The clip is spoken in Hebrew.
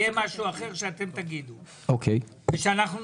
יהיה מספר אחר שאתם תגידו ושאנחנו נסכים.